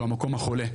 שהוא המקום החולה,